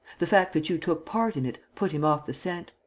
the fact that you took part in it put him off the scent.